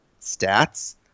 stats